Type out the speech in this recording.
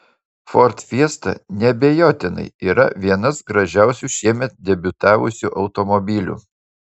ford fiesta neabejotinai yra vienas gražiausių šiemet debiutavusių automobilių